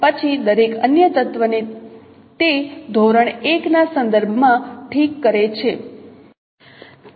પછી દરેક અન્ય તત્વને તે ધોરણ 1 ના સંદર્ભમાં ઠીક કરે છે